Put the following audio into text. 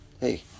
Hey